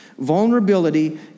vulnerability